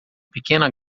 pequena